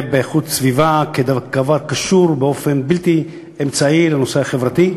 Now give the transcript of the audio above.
באיכות הסביבה דבר הקשור באופן בלתי אמצעי לנושא החברתי.